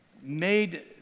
made